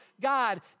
God